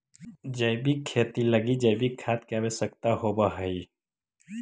जैविक खेती लगी जैविक खाद के आवश्यकता होवऽ हइ